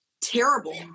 terrible